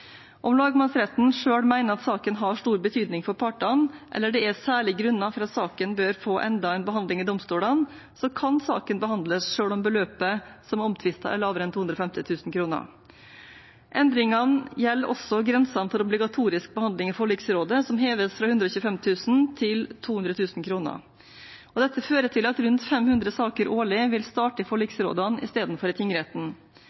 Om lagmannsretten selv mener at saken har stor betydning for partene, eller om det er særlige grunner til at saken bør få enda en behandling i domstolene, kan saken behandles selv om beløpet som er omtvistet, er lavere enn 250 000 kr. Endringene gjelder også grensen for obligatorisk behandling i forliksrådet, som heves fra 125 000 kr til 200 000 kr. Dette fører til at rundt 500 saker årlig vil starte i